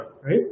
right